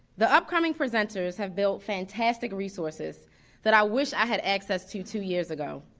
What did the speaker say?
the upcoming presenters have built fantastic resources that i wish i had access to two years ago.